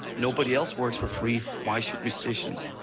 nobody else works for free, why should musicians?